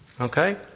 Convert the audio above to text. Okay